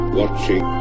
watching